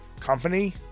company